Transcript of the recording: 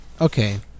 Okay